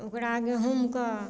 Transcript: ओकरा गहूँमके